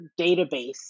database